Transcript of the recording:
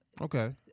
Okay